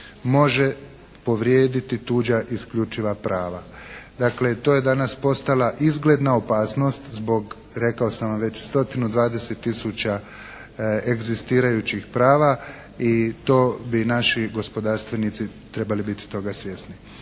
može povrijediti tuđa isključiva prava. Dakle, to je danas postala izgledna opasnost zbog rekao sam vam već 120 tisuća egzistirajućih prava i to bi naši gospodarstvenici toga trebali biti svjesni.